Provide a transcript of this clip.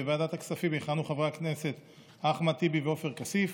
בוועדת הכספים יכהנו חברי הכנסת אחמד טיבי ועופר כסיף,